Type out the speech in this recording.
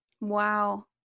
wow